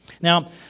Now